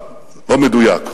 לא מדויק,